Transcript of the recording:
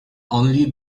only